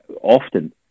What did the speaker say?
often